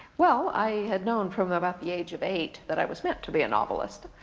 well, i had known from about the age of eight that i was meant to be a novelist.